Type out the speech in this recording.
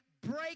break